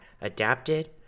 adapted